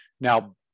Now